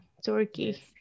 turkey